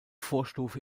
vorstufe